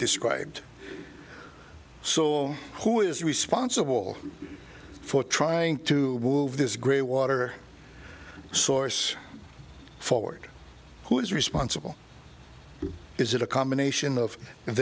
described so who is responsible for trying to move this grey water source forward who is responsible is it a combination of